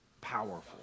powerful